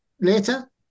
later